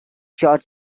short